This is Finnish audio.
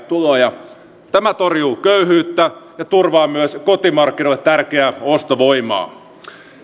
tuloja tämä torjuu köyhyyttä ja turvaa myös kotimarkkinoille tärkeää ostovoimaa